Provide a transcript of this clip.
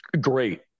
Great